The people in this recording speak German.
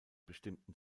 bestimmten